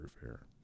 fair